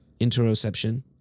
interoception